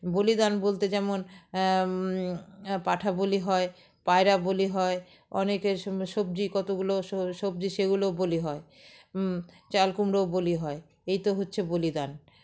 বলিদান বলতে যেমন পাঁঠা বলি হয় পায়রা বলি হয় অনেকে সবজি কতগুলো স সবজি সেগুলোও বলি হয় চালকুমড়োও বলি হয় এই তো হচ্ছে বলিদান